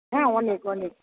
হ্যাঁ অনেক অনেক